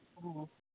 ꯑꯣ